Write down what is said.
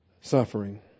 suffering